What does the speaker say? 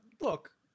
Look